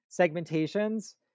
segmentations